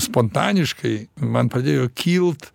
spontaniškai man padėjo kilt